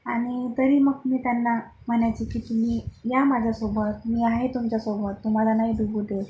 आणि तरी मग मी त्यांना म्हणायचे की तुम्ही या माझ्यासोबत मी आहे तुमच्यासोबत तुम्हाला नाही बुडू देत